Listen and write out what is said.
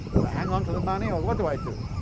do i hang on to the money or what do i do?